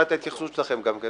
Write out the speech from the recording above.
נמצא את ההתייחסות שלכם.